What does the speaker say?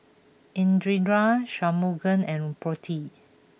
Indira Shunmugam and Potti